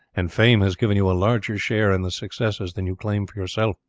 and fame has given you a larger share in the successes than you claim for yourself.